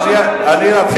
אף שמדובר בראש ממשלה, חברים.